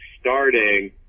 starting